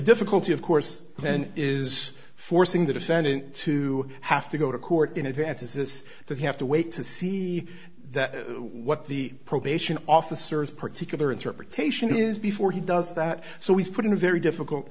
difficulty of course then is forcing the defendant to have to go to court in advance is this does he have to wait to see that what the probation officers particular interpretation is before he does that so he's put in a very difficult